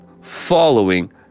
following